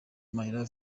mahia